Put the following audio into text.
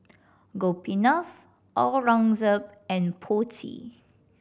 Gopinath Aurangzeb and Potti